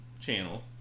channel